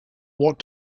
what